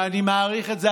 ואני מעריך את זה,